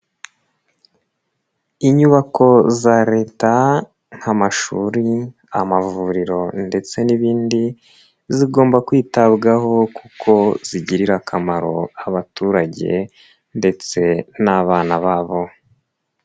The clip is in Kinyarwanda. Inyubako za leta nk'amashuri, amavuriro ndetse n'ibindi, zigomba kwitabwaho kuko zigirira akamaro abaturage ndetse n'abana babo.